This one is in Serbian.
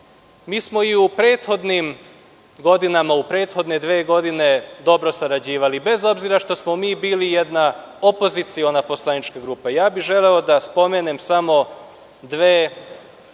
smo i u prethodnim godinama, u prethodne dve godine dobro sarađivali, bez obzira što smo bili jedna opoziciona poslanička grupa. Želeo bih da spomenem samo dve konkretne